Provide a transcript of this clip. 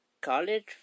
college